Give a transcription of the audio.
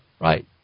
Right